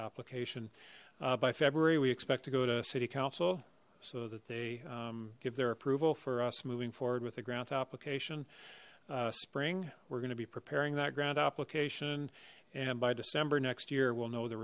application by february we expect to go to city council so that they give their approval for us moving forward with the grant application spring we're going to be preparing that grant application and by december next year we'll know the